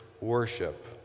worship